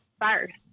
first